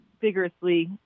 vigorously